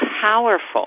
powerful